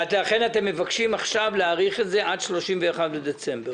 לכן אתם מבקשים עכשיו להאריך את זה עד ה-31 בדצמבר?